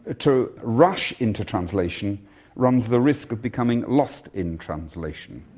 ah to rush into translation runs the risk of becoming lost in translation.